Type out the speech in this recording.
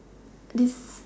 this